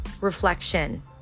reflection